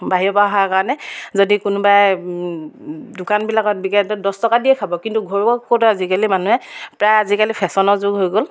বাহিৰৰপৰা অহাৰ কাৰণে যদি কোনোবাই দোকানবিলাকত বিকে একদম দহ টকা দিয়ে খাব কিন্তু ঘৰুৱা ক'ত আৰু আজিকালি মানুহে প্ৰায় আজিকালি ফেশ্বনৰ যুগ হৈ গ'ল